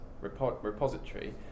repository